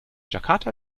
jakarta